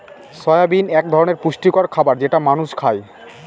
soybean এক ধরনের পুষ্টিকর খাবার যেটা মানুষ খায়